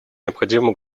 необходимую